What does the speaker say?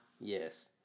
Yes